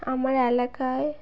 আমার এলাকায়